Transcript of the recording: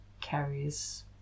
carries